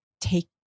take